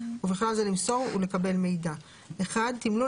ובכלל זה למסור ולקבל מידע: תמלול